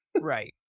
Right